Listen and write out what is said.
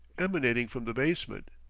emanating from the basement.